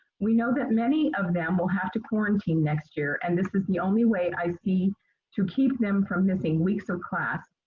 we know that many of them will have to quarantine next year and this is the only way i see to keep them from missing weeks of class.